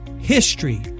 HISTORY